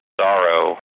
sorrow